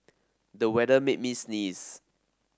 the weather made me sneeze